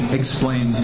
explain